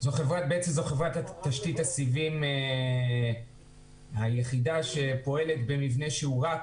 ב-IBC בעצם זו חברת תשתית הסיבים היחידה שפועלת במבנה שהוא רק